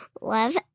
love